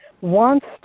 wants